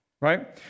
right